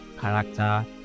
character